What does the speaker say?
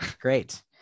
Great